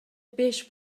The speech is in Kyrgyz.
беш